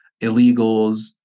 illegals